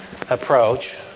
approach